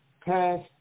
past